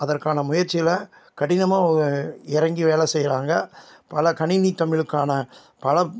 அதற்கான முயற்சியில் கடினமாக இறங்கி வேலை செய்கிறாங்க பல கணினி தமிழுக்கான பல